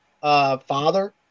father